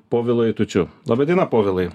povilui eitučiu laba diena povilai